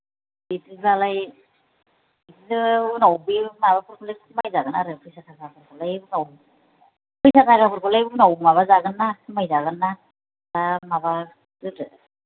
बिदिबालाय बिदिनो उनाव बे माबाफोरखौनो खमाय जागोन आरो फैसा थाखाफोरखौलाय उनाव फैसा थाखाफोरखौलाय उनाव माबाजागोन ना खमाय जागोन ना दा माबाग्रोदो